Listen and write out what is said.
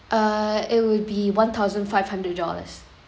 uh it will be one thousand five hundred dollars